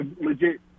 legit